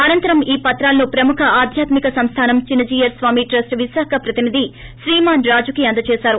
అనంతరం ఈ పత్రాలను ప్రముఖ ఆధ్యాత్మిక సంస్లానం చీన్న జీయర్ స్వామి ట్రస్ విశాఖ ప్రతినిధి శ్రీమాన్ రాజుకి అందజేశారు